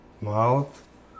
mouth